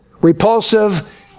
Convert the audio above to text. repulsive